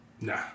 Nah